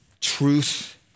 truth